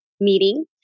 meeting